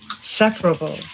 separable